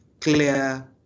clear